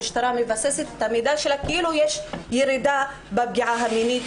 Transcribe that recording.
המשטרה מבססת את המידע כאילו יש ירידה בפגיעה המינית,